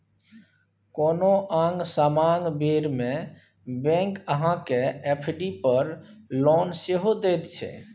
कोनो आंग समांग बेर मे बैंक अहाँ केँ एफ.डी पर लोन सेहो दैत यै